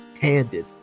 handed